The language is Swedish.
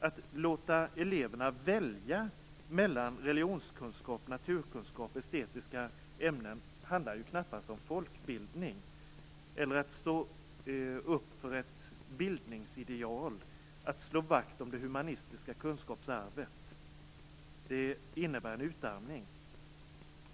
Att låta eleverna välja mellan naturkunskap, religionskunskap och estetiska ämnen handlar knappast om folkbildning eller att stå upp för ett bildningsideal och slå vakt om det humanistiska kunskapsarvet. Det innebär en utarmning.